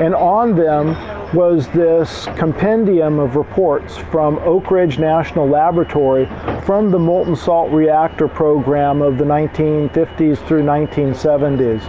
and on them was this compendium of reports from oak ridge national laboratory from the molten salt reactor program of the nineteen fifty s through nineteen seventy s.